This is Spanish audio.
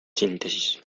síntesis